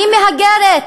שאני מהגרת.